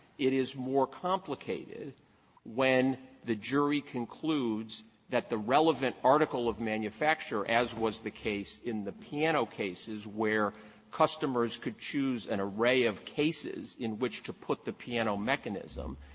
it is more complicated when the jury concludes that the relevant article of manufacture, as was the case in the piano cases where customers could choose an array of cases in which to put the piano mechanism,